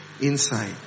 inside